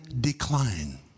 decline